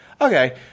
Okay